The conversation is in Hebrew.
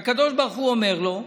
הקדוש ברוך הוא אומר לו: